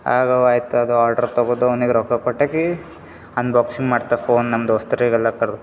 ಆಗವ ಆಯ್ತು ಅದು ಆರ್ಡ್ರು ತೊಗೋತೋ ಅವ್ನಿಗೆ ರೊಕ್ಕ ಕೊಟ್ಟಕೀ ಅನ್ಬಾಕ್ಸಿಂಗ್ ಮಾಡ್ತರ ಫೋನ್ ನಮ್ಮ ದೋಸ್ತ್ರಿಗೆ ಎಲ್ಲ ಕರ್ದು